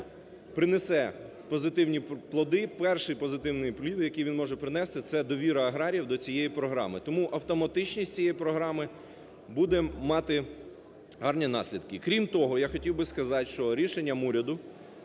принесе позитивні плоди, перший позитивний плід, який він може принести, це довіра аграріїв до цієї програми. Тому автоматичність цієї програми буде мати гарні наслідки. Крім того, я хотів би сказати, що рішенням уряду